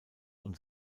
und